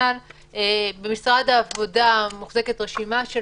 במשרד העבודה מוחזקת רשימה של